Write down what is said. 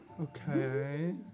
Okay